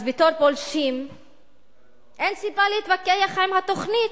אז בתור פולשים אין סיבה להתווכח עם התוכנית.